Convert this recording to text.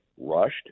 rushed